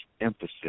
emphasis